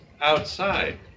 outside